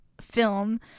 film